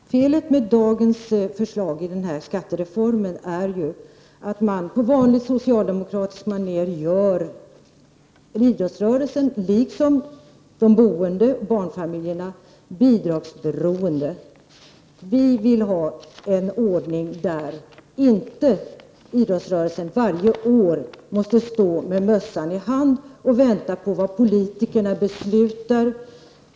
Herr talman! Felet med dagens förslag i den här skattereformen är ju att man på vanligt socialdemokratiskt maner gör idrottsrörelsen, liksom de boende — barnfamiljerna — bidragsberoende. Vi vill ha en ordning där idrottsrörelsen inte varje år måste stå med mössan i hand och vänta på vad politikerna beslutar.